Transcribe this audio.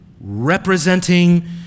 representing